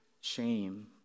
shame